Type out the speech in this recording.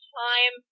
time